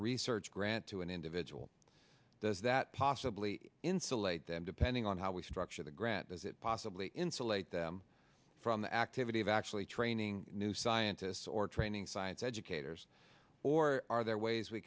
research grant to an individual does that possibly insulate them depending on how we structure the grant does it possibly insulate them from the activity of actually training new scientists or training science educators or are there ways we